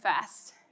first